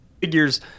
figures